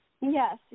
Yes